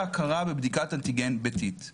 העם (נגיף הקורונה החדשה)(בידוד בית והוראות